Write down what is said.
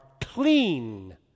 clean